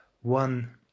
one